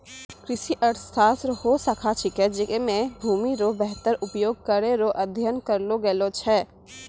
कृषि अर्थशास्त्र हौ शाखा छिकै जैमे भूमि रो वेहतर उपयोग करै रो अध्ययन करलो गेलो छै